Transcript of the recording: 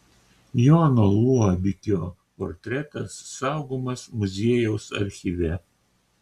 jono luobikio portretas saugomas muziejaus archyve